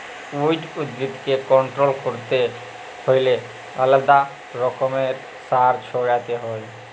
weed উদ্ভিদকে control ক্যরতে হ্যলে আলেদা রকমের সার ছড়াতে হ্যয়